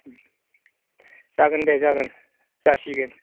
जागोन दे जागोन जासिगोन